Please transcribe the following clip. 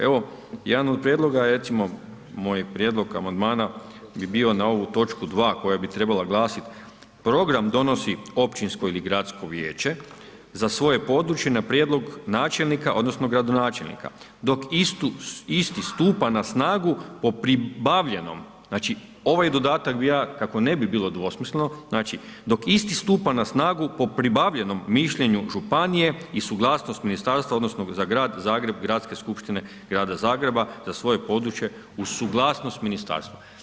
Evo jedan od prijedloga je recimo, moj prijedlog amandmana bi bio na ovu točku 2. koja bi trebala glasiti program donosi općinsko ili gradsko vijeće za svoje područje na prijedlog načelnika odnosno gradonačelnika dok isto stupa na snagu po pribavljenom znači ovaj dodatak bi ja kako ne bi bilo dvosmisleno, znači dok isti stupa na snagu, po pribavljenom mišljenju županije i suglasnost ministarstva odnosno za grad Zagreb Gradske skupštine grada Zagreba za svoje područje uz suglasnost ministarstva.